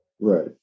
Right